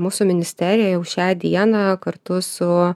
mūsų ministerija jau šią dieną kartu su